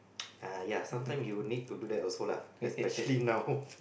uh ya sometime you need to do that also lah especially now